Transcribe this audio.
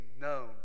known